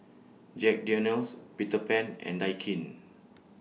Jack Daniel's Peter Pan and Daikin